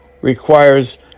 requires